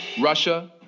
Russia